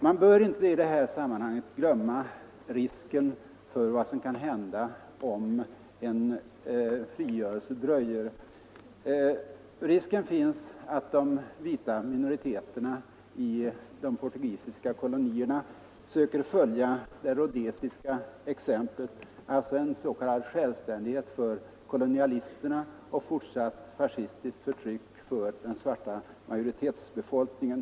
Man bör inte i detta sammanhang glömma risken för vad som kan hända om en frigörelse dröjer. Risken finns att de vita minoriteterna i de portugisiska kolonierna söker följa det rhodesiska exemplet, alltså med självständighet för kolonialisterna och fortsatt fascistiskt förtryck av den svarta majoritetsbefolkningen.